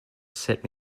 set